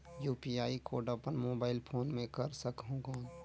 UPI code अपन mobile phone मे कर सकहुं कौन?